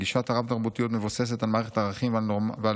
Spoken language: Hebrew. גישת הרב-תרבותיות מבוססת על מערכת ערכים ועל